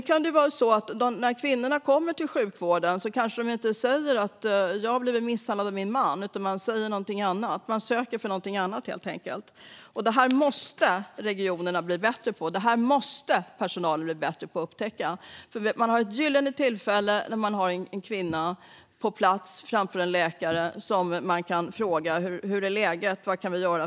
Men den kvinna som kommer till sjukvården kanske inte säger att hon blivit misshandlad av sin man, utan hon söker vård för något annat. Detta måste personalen i regionerna bli bättre på att upptäcka. När kvinnan är hos läkaren har man ett gyllene tillfälle att fråga hur läget är.